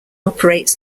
operates